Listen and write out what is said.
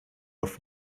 auf